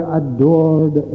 adored